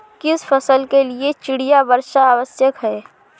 किस फसल के लिए चिड़िया वर्षा आवश्यक है?